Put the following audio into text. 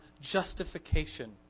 justification